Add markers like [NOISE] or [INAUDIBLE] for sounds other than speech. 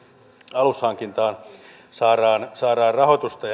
alushankintaan saadaan saadaan rahoitusta [UNINTELLIGIBLE]